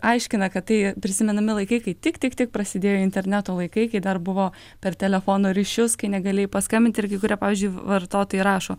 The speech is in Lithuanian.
aiškina kad tai prisimenami laikai kai tik tik tik prasidėjo interneto laikai kai dar buvo per telefono ryšius kai negalėjai paskambint ir kai kurie pavyzdžiui vartotojai rašo